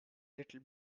little